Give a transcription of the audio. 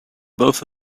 both